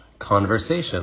conversation